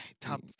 top